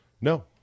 No